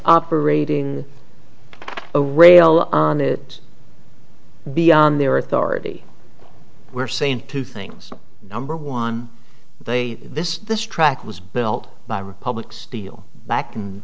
operating a rail on it beyond their authority we're saying two things number one they this this track was built by republic steel back in